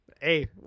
hey